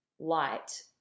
light